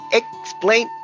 explain